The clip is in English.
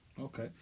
Okay